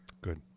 Good